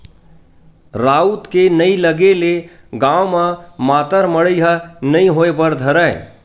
राउत के नइ लगे ले गाँव म मातर मड़ई ह नइ होय बर धरय